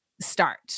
start